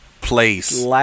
place